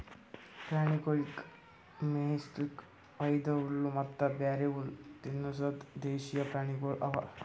ಪ್ರಾಣಿಗೊಳಿಗ್ ಮೇಯಿಸ್ಲುಕ್ ವೈದು ಹುಲ್ಲ ಮತ್ತ ಬ್ಯಾರೆ ಹುಲ್ಲ ತಿನುಸದ್ ದೇಶೀಯ ಪ್ರಾಣಿಗೊಳ್ ಅವಾ